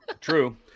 true